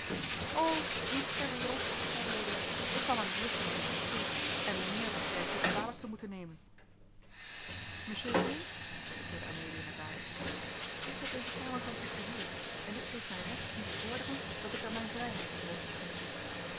o niets ter wereld zeide lodewijk ik kwam aan de juffer een bezoek geven en mijnheer begrijpt dit kwalijk te moeten nemen monsieur heynsz zeide amelia met waardigheid ik heb deze kamer van u gehuurd en dit geeft mij recht om te vorderen dat ik er mijn vrijheid op moge genieten